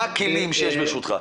מה הכלים העומדים לרשותך?